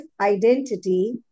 identity